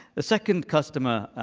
the second customer,